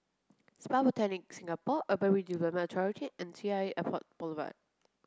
Spa Botanic Singapore Urban Redevelopment Authority and T l Airport Boulevard